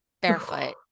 barefoot